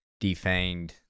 defanged